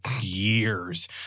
years